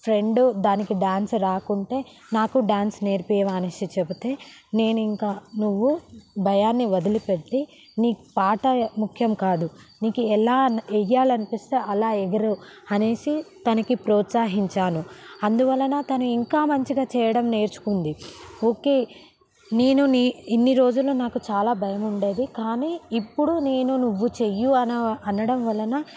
friend దానికి dance రాకుంటే నాకు డ్యాన్స్ నేర్పియ్యవా అని చెబితే నేను ఇంకా నువ్వు భయాన్ని వదిలిపెట్టి నీ పాట ముఖ్యం కాదు నీకు ఎలా వేయాలి అనిపిస్తే అలా ఎగురు అనేసి తనకి ప్రోత్సాహించాను అందువలన తను ఇంకా మంచిగా చేయడం నేర్చుకుంది ఓకే నేను నీ ఇన్ని రోజులు నాకు చాలా భయం ఉండేది కానీ ఇప్పుడు నేను నువ్వు చెయ్యు అని అనడం వలన